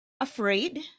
afraid